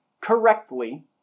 correctly